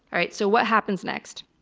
alright, so what happens next?